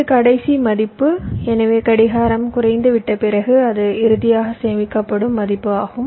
இது கடைசி மதிப்பு எனவே கடிகாரம் குறைந்துவிட்ட பிறகு அது இறுதியாக சேமிக்கப்படும் மதிப்பு ஆகும்